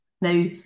Now